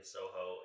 Soho